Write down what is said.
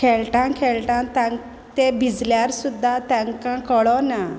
खेळटां खेळटां ते भिजल्यार सुद्दां तांकां कळना